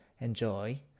enjoy